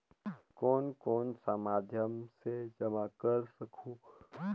कौन कौन सा माध्यम से जमा कर सखहू?